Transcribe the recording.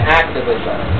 activism